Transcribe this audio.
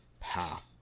path